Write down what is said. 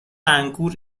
انگور